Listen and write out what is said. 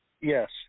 Yes